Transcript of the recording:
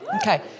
Okay